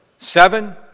Seven